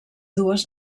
dues